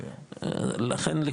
לכן, לכאורה,